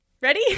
Ready